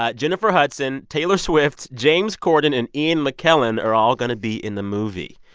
ah jennifer hudson, taylor swift, james corden and ian mckellen are all going to be in the movie.